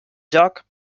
joc